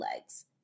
legs